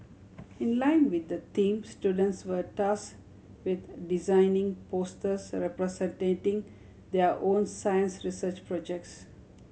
in line with the theme students were task with designing posters representing their own science research projects